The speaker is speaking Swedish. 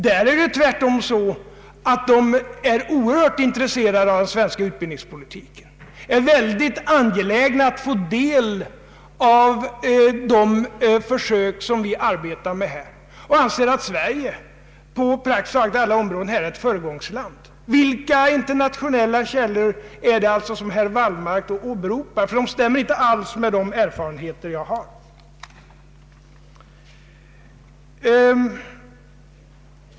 Det är tvärtom så att de är oerhört intresserade av den svenska utbildningspolitiken och mycket angelägna att få del av de försök som vi arbetar med. De anser att Sverige på praktiskt taget alla områden är ett föregångsland, Vilka internationella källor är det som herr Wallmark åberopar? Detta stämmer inte alls med de erfarenheter jag har.